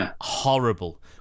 horrible